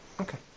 Okay